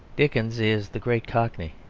dickens is the great cockney,